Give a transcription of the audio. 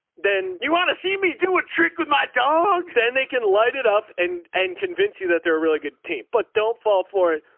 then you want to see me do a trick with my dog. then they can light it up and, and convince you that they're a really good team, but don't fall for it.